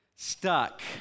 Stuck